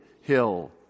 hill